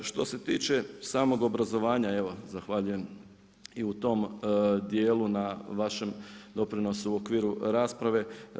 Što se tiče samog obrazovanja, evo zahvaljujem i u tom dijelu na vašem doprinosu u okviru rasprave.